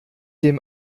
dem